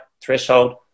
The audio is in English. threshold